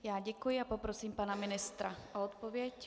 Já děkuji a poprosím pana ministra o odpověď.